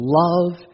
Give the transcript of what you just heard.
love